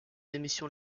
émissions